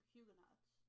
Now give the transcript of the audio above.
Huguenots